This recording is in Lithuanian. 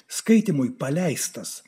skaitymui paleistas